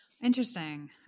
Interesting